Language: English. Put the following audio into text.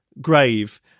grave